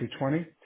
2020